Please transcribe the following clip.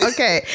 Okay